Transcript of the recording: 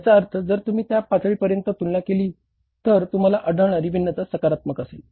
याचा अर्थ जर तुम्ही त्या पातळी पर्यंत तुलना केली तर तुम्हाला आढळणारी भिन्नता सकारात्मक असेल